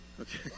okay